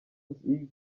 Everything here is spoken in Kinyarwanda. hughes